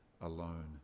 alone